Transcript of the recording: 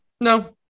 No